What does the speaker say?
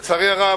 לצערי הרב,